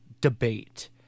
debate